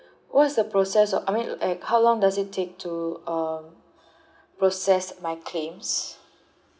what's the process I mean eh how long does it take to uh process my claims